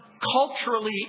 culturally